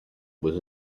was